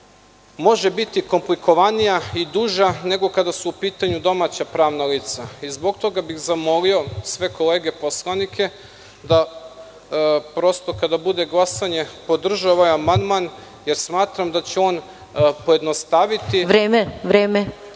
može biti komplikovanije i duža nego kada su u pitanju domaća pravna lica. Zbog toga bih zamolio sve kolege poslanike da kada bude glasanje podrže ovaj amandman, jer smatram da će on pojednostaviti čitavu priču.